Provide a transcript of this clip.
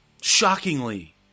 shockingly